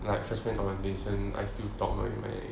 like freshmen orientation I still talk with my meh